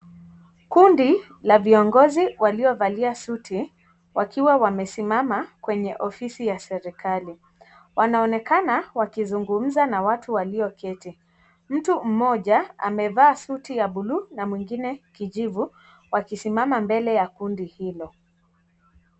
Kundi la viongozi waliovalia suti wakiwa wamesimama kwenye ofisi ya serikali wanaonekana wakizungumza na watu walioketi, mtu mmojaamevaa suti ya bluu na mwingine kijivu wakisimama mbele ya kundi hilo.